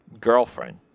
girlfriend